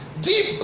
deep